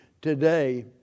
today